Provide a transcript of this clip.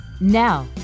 Now